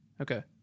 Okay